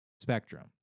spectrum